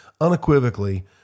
unequivocally